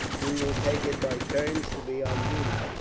we will take it by turns to be on duty,